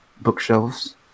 bookshelves